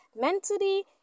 mentally